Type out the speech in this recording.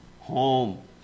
home